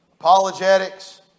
Apologetics